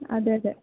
അതെയതെ